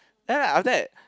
then I was that